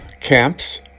camps